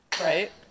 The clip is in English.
Right